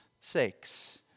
sakes